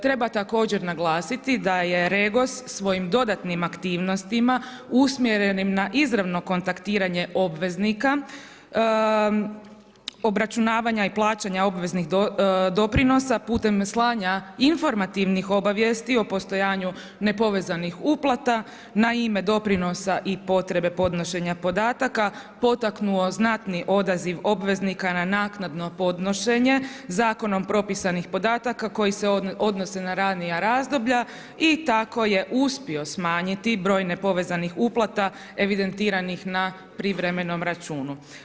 Treba također naglasiti da je REGOS svojim dodatnim aktivnostima usmjerenim na izravno kontaktiranje obveznika obračunavanja i plaćanja obveznih doprinosa putem slanja informativnih obavijesti o postojanju nepovezanih uplata na ime doprinosa i potrebe podnošenja podataka potaknuo znatni odaziv obveznika na naknadno podnošenje zakonom propisanih podataka koji se odnose na ranija razdoblja i tako je uspio smanjiti broj nepovezanih uplata evidentiranih na privremenom računu.